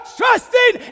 trusting